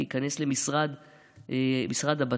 להיכנס למשרד הבט"פ,